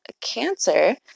cancer